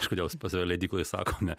kažkodėl pas save leidykloj sakom ne